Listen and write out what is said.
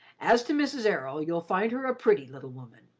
as to mrs. errol, you'll find her a pretty little woman.